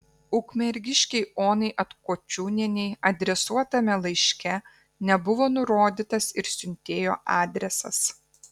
ukmergiškei onai atkočiūnienei adresuotame laiške nebuvo nurodytas ir siuntėjo adresas